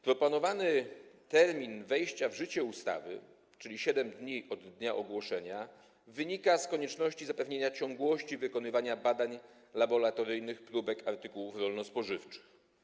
Proponowany termin wejścia w życie ustawy, czyli 7 dni od dnia ogłoszenia, wynika z konieczności zapewnienia ciągłości wykonywania badań laboratoryjnych próbek artykułów rolno-spożywczych.